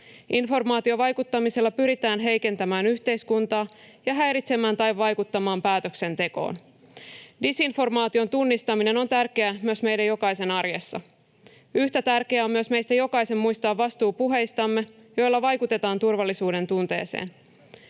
Informaatiovaikuttamisella pyritään heikentämään yhteiskuntaa ja häiritsemään päätöksentekoa tai vaikuttamaan siihen. Disinformaation tunnistaminen on tärkeää myös meidän jokaisen arjessa. Yhtä tärkeää on myös meistä jokaisen muistaa vastuu puheistamme, joilla vaikutetaan turvallisuudentunteeseen.